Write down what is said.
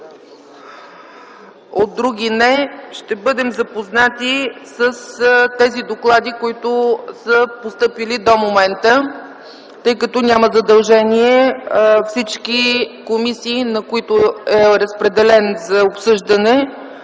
от други – не. Ще бъдем запознати с тези доклади, които са постъпили до момента, тъй като няма задължение всички комисии, на които е разпределен за обсъждане